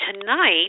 tonight